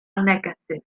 negatif